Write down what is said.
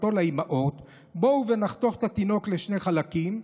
בחוכמתו לאימהות: בואו ונחתוך את התינוק לשני חלקים,